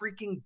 freaking